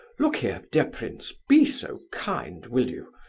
look here, dear prince, be so kind, will you?